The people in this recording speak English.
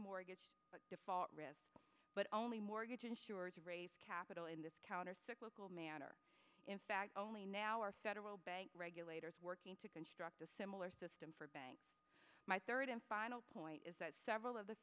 mortgage default risk but only mortgage insurers raise capital in this countercyclical manner in fact only now our federal bank regulators working to construct a similar system for my third and final point is that several of the